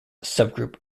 subgroup